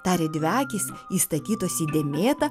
tarė dvi akys įstatytos į dėmėtą